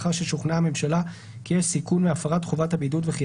ולאחר ששוכנעה הממשלה כי יש סיכון מהפרת חובת הבידוד וכי